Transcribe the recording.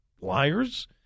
liars